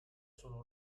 sono